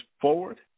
forward